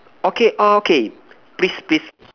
okay okay please please